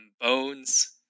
Bones